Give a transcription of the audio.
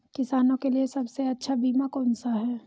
किसानों के लिए सबसे अच्छा बीमा कौन सा है?